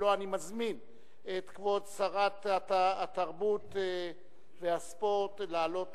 אני מזמין את כבוד שרת התרבות והספורט לעלות